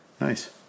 Nice